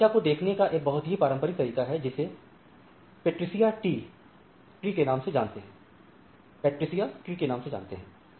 तो इस समस्या को देखने का एक बहुत ही पारंपरिक तरीका है जिसे पेट्रीसिया ट्री के नाम से जानते हैं